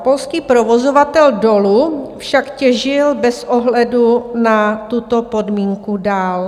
Polský provozovatel dolu však těžil bez ohledu na tuto podmínku dál.